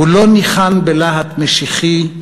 הוא לא ניחן בלהט משיחי,